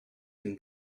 can